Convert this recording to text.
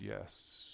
yes